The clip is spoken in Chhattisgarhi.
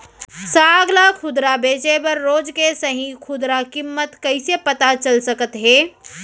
साग ला खुदरा बेचे बर रोज के सही खुदरा किम्मत कइसे पता चल सकत हे?